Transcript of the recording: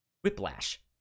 whiplash